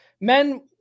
men